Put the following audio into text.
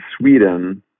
Sweden